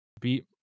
beat